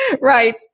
Right